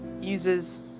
uses